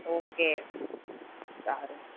okay સારું